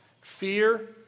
Fear